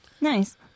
Nice